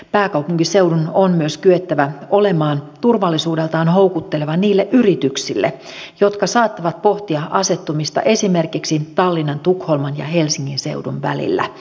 pääkaupunkiseudun on myös kyettävä olemaan turvallisuudeltaan houkutteleva niille yrityksille jotka saattavat pohtia asettumista esimerkiksi tallinnan tukholman ja helsingin seudun välillä